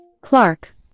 Clark